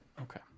Okay